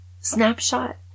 snapshot